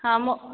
ହଁ ମୋ